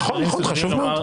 נכון, חשוב מאוד.